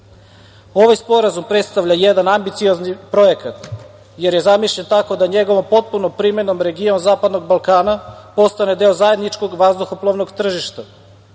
Ovaj sporazum predstavlja jedan ambiciozni projekat jer je zamišljen tako da njegovom potpunom primenom region zapadnog Balkana postane deo zajedničkog vazduhoplovnog tržišta,